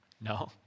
No